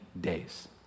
days